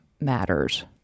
matters